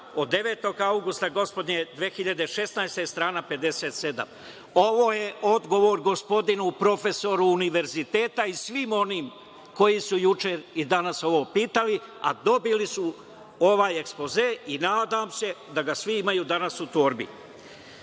od 9. avgusta gospodnje 2016, strana 57.Ovo je odgovor gospodinu profesoru univerziteta i svima onima koji su juče i danas ovo pitali, a dobili su ovaj ekspoze i nadam se da ga svi imaju danas u